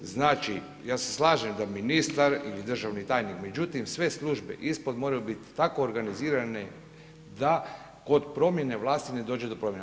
Znači ja se slažem da ministar ili državni tajnik međutim sve službe ispod moraju biti tako organizirane da kod promjene vlasti ne dođe do promjena.